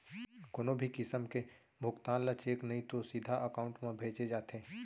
कोनो भी किसम के भुगतान ल चेक नइ तो सीधा एकाउंट म भेजे जाथे